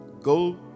go